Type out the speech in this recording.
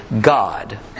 God